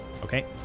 Okay